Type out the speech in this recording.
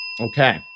Okay